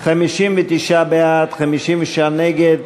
59 בעד, 56 נגד.